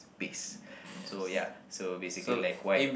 base so ya so basically like why